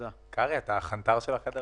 דרך אגב, זה נוגע גם לנושאים של אלימות.